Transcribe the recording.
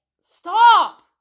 Stop